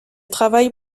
travaille